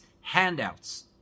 handouts